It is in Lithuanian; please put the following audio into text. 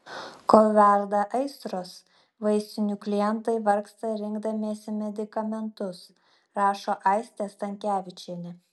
kol verda aistros vaistinių klientai vargsta rinkdamiesi medikamentus rašo aistė stankevičienė